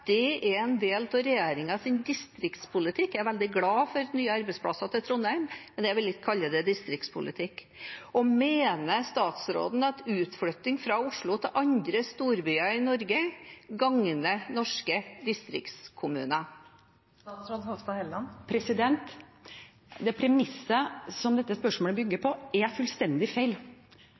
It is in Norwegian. det er en del av regjeringens distriktspolitikk? Jeg er veldig glad for nye arbeidsplasser til Trondheim, men jeg vil ikke kalle det distriktspolitikk. Og mener statsråden at utflytting fra Oslo til andre storbyer i Norge gagner norske distriktskommuner? Det premisset som dette spørsmålet bygger på, er fullstendig feil,